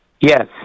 Yes